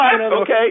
Okay